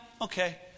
Okay